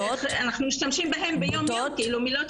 שהן מילים שמשתמשים בהם ביום יום (עוברת לשפה הערבית,